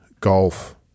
golf